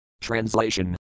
Translation